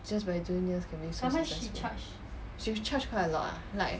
just by doing this can become so successful she charge quite a lot ah like